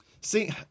See